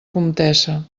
comtessa